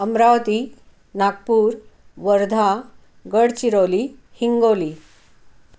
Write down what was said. Amravati Nagpur Wardha Gadchiroli Hingoli